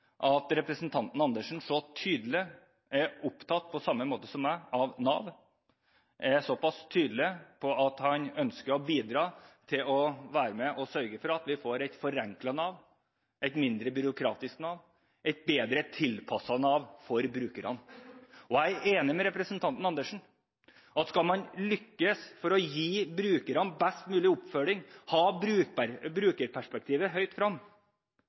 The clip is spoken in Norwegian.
at representanten Andersen på samme måte som meg så tydelig er opptatt av Nav, at han er såpass tydelig på at han vil være med og sørge for at vi får et forenklet Nav, et mindre byråkratisk Nav, et Nav som er bedre tilpasset brukerne. Jeg er enig med representanten Andersen i at skal man lykkes med å gi brukerne best mulig oppfølging, og holde fram brukerperspektivet,